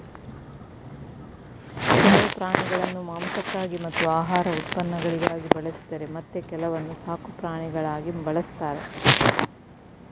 ಕೆಲವು ಪ್ರಾಣಿಗಳನ್ನು ಮಾಂಸಕ್ಕಾಗಿ ಮತ್ತು ಆಹಾರ ಉತ್ಪನ್ನಗಳಿಗಾಗಿ ಬಳಸಿದರೆ ಮತ್ತೆ ಕೆಲವನ್ನು ಸಾಕುಪ್ರಾಣಿಗಳಾಗಿ ಬಳ್ಸತ್ತರೆ